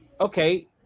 okay